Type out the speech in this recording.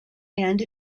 and